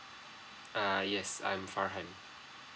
uh yes I'm farhan